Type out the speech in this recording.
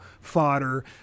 fodder